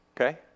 okay